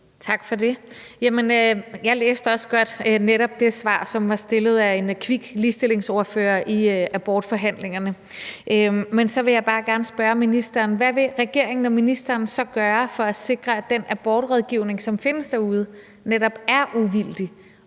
Tak for det. Jeg læste også godt netop det svar på det spørgsmål, som var stillet af en kvik ligestillingsordfører i abortforhandlingerne. Men så vil jeg bare gerne spørge ministeren, hvad regeringen og ministeren vil gøre for at sikre, at den abortrådgivning, som findes derude, netop er uvildig